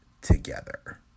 Together